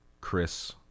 Chris